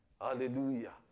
Hallelujah